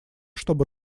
чтобы